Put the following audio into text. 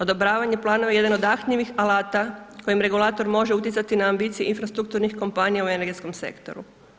Odobravanje planova jedan od ... alata kojim regulator može utjecati na ambicije infrastrukturnih kompanija u energetskom sektoru.